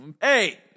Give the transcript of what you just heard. Hey